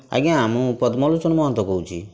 ଆଜ୍ଞା ମୁଁ ପଦ୍ମଲୋଚନ ମହନ୍ତ କହୁଛି